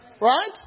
Right